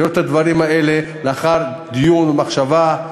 לאחר דיון ומחשבה.